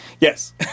yes